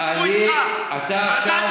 אני, אני, אתה עכשיו,